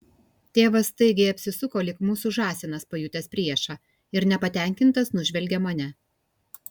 tėvas staigiai apsisuko lyg mūsų žąsinas pajutęs priešą ir nepatenkintas nužvelgė mane